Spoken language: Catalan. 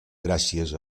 gràcies